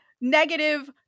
negative